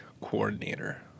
coordinator